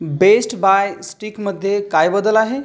best buy स्टिकमध्ये काय बदल आहे